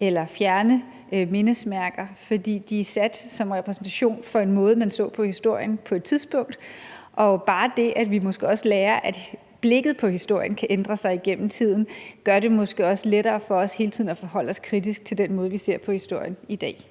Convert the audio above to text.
eller fjerne mindesmærker. For de er sat som repræsentation for en måde, man på et tidspunkt så på historien på, og bare det, at vi måske også lærer, at blikket på historien kan ændre sig igennem tiden, gør, at det måske også er lettere for os hele tiden at forholde os kritisk til den måde, vi ser på historien i dag.